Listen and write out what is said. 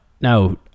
now